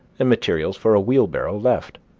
and materials for a wheelbarrow left.